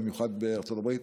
ובמיוחד בארצות הברית.